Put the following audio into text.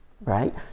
Right